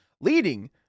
leading